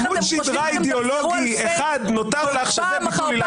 אחד אידיאולוגי נותר לך שהוא ביטול עילת הסבירות.